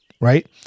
right